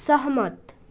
सहमत